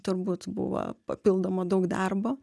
turbūt buvo papildomo daug darbo